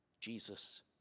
Jesus